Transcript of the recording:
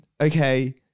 okay